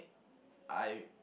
I